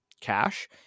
cash